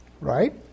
right